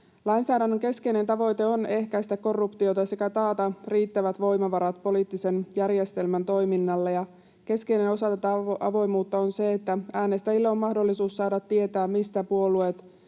Lainsäädännön keskeinen tavoite on ehkäistä korruptiota sekä taata riittävät voimavarat poliittisen järjestelmän toiminnalle. Keskeinen osa tätä avoimuutta on se, että äänestäjillä on mahdollisuus saada tietää, mistä puolueet